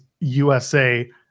USA